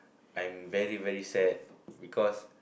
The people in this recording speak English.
I'm very very sad because